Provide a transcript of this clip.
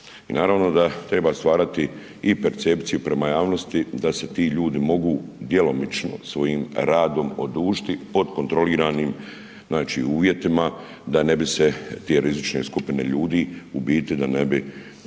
naravno da treba stvarati i percepciju prema javnosti da se ti ljudi mogu djelomično svojim radom odužiti pod kontroliranim uvjetima da ne bi se te rizične skupine ljudi, u biti da ne bi